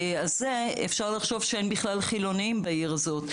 אפשר לחשוב שאין בכלל חילונים בעיר הזאת,